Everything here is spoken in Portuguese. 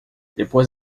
depois